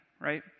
right